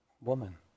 Woman